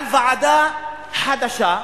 על ועדה חדשה,